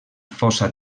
fossa